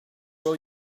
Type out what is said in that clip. will